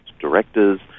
directors